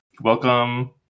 Welcome